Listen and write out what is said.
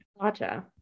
Gotcha